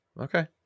okay